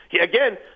again